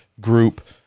group